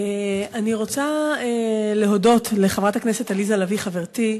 אני רוצה להודות לחברת הכנסת עליזה לביא, חברתי,